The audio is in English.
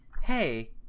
Hey